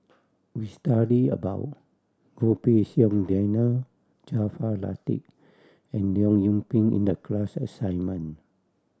we studied about Goh Pei Siong Daniel Jaafar Latiff and Leong Yoon Pin in the class assignment